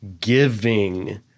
giving